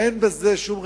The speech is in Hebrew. אין בזה שום רבותא.